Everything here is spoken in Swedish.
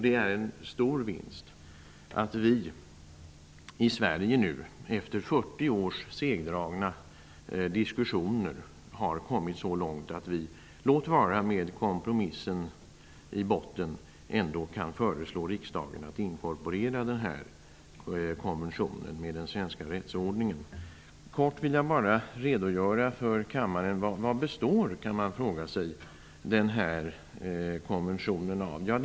Det är en stor vinst att vi i Sverige efter 40 års segdragna diskussioner nu har kommit så långt att vi, låt vara med kompromissen i botten, ändå kan föreslå riksdagen att inkorporera konventionen med den svenska rättsordningen. Jag vill kort redogöra för kammaren vad konventionen består av.